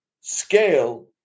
scale